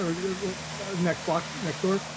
ah next block next door.